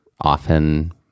often